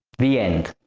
the end.